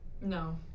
No